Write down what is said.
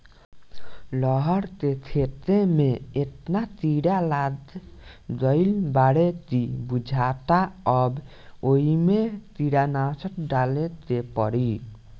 रहर के खेते में एतना कीड़ा लाग गईल बाडे की बुझाता अब ओइमे कीटनाशक डाले के पड़ी